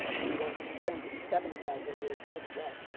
if you don't spend seventy thousand a year, you're set.